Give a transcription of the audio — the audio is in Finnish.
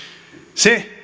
se